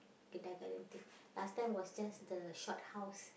kindergaten thing last time was just the shophouse